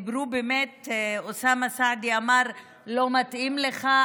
באמת, אוסאמה סעדי אמר: לא מתאים לך.